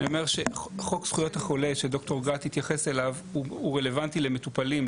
חוק זכויות החולה שד"ר גת התייחס אליו הוא רלוונטי למטופלים,